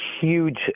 huge